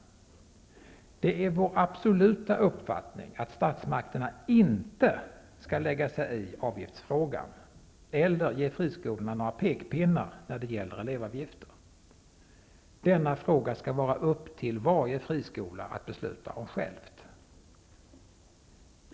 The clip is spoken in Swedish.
Det är vår absoluta uppfattning att statsmakterna inte skall lägga sig i avgiftsfrågan eller ge friskolorna några pekpinnar när det gäller elevavgifter. Denna fråga skall vara upp till varje friskola att besluta om självt.